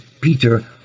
Peter